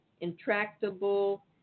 intractable